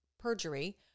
Perjury